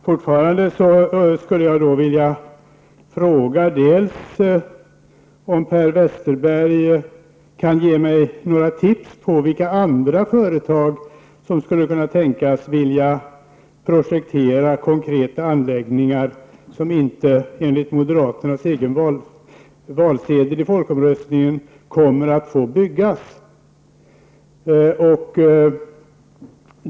Herr talman! Fortfarande kvarstår min fråga om Per Westerberg kan ge mig några tips på vilka andra företag som skulle kunna tänkas vilja projektera konkreta anläggningar som inte, enligt moderaternas egen valsedel i folkomröstningen, kommer att få byggas.